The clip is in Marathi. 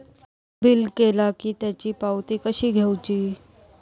बिल केला की त्याची पावती कशी घेऊची?